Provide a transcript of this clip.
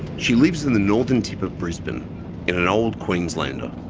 she lives in the northern tip of brisbane in an old queenslander.